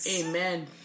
Amen